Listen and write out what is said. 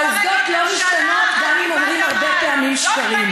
והעובדות לא משתנות גם אם אומרים הרבה פעמים שקרים.